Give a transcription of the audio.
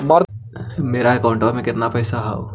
मेरा अकाउंटस में कितना पैसा हउ?